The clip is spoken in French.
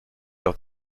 leur